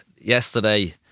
yesterday